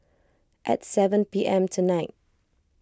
at seven P M tonight